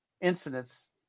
incidents